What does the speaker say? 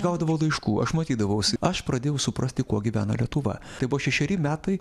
gaudavau laiškų aš matydavausi aš pradėjau suprasti kuo gyvena lietuva tai buvo šešeri metai